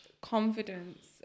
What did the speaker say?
confidence